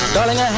Darling